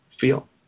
feel